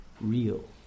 real